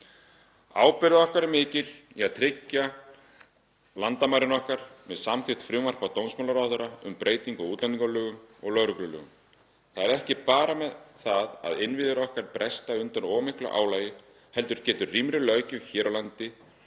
Ábyrgð okkar er mikil í að tryggja landamæri okkar með samþykkt frumvarps dómsmálaráðherra um breytingu á útlendingalögum og lögreglulögum. Það er ekki bara það að innviðir okkar bresta undan of miklu álagi heldur getur rýmri löggjöf hér á landi